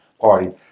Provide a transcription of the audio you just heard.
party